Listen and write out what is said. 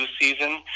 season